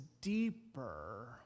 deeper